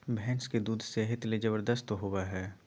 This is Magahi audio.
भैंस के दूध सेहत ले जबरदस्त होबय हइ